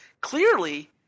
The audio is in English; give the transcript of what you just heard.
clearly